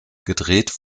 gedreht